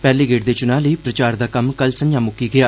पैहले गेड़ दे चुनां लेई प्रचार दा कम्म कल संझां मुक्की गेआ